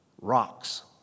rocks